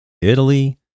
Italy